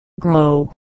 grow